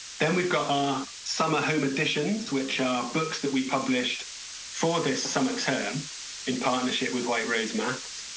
then we've got on summer home additions, which are books that we published for this summer term in partnership with white rose maths.